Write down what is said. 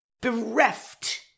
Bereft